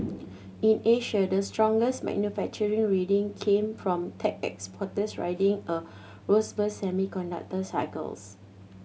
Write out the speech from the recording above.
in Asia the strongest manufacturing reading came from tech exporters riding a robust semiconductor cycles